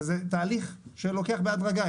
אבל זה תהליך שלוקח בהדרגה.